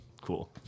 Cool